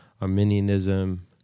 Arminianism